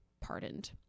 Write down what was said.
pardoned